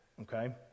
Okay